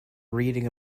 reading